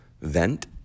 vent